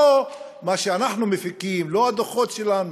לא מה שאנחנו מפיקים, לא הדוחות שלנו.